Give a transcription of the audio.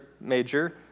major